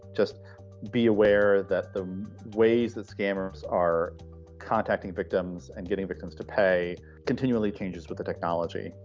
just be aware that the ways that scammers are contacting victims and getting victims to pay continually changes with the technology.